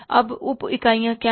अब उप इकाइयां क्या हैं